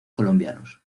colombianos